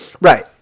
Right